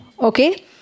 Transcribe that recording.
Okay